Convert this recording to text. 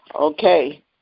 Okay